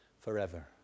forever